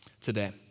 today